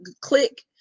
click